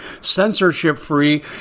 censorship-free